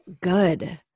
good